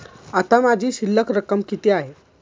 आता माझी शिल्लक रक्कम किती आहे?